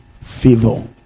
favor